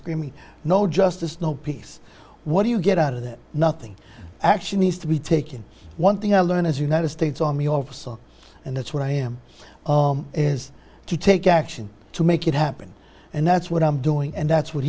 screaming no justice no peace what do you get out of it nothing actually needs to be taken one thing i learned as united states army officer and the what i am is to take action to make it happen and that's what i'm doing and that's what